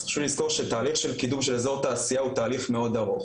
אז חשוב לזכור שתהליך של קידום של אזור תעשייה הוא תהליך מאוד ארוך